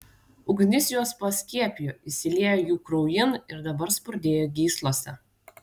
ugnis juos paskiepijo įsiliejo jų kraujin ir dabar spurdėjo gyslose